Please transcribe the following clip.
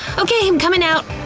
okay, i'm comin' out.